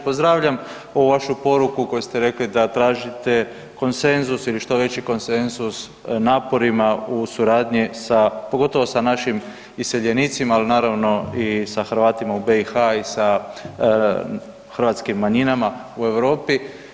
Pozdravljam ovu vašu poruku koju ste rekli da tražite konsenzus ili što veći konsenzus naporima u suradnji sa, pogotovo sa našim iseljenicima, ali naravno, i sa Hrvatima u BiH i sa hrvatskim manjinama u EU.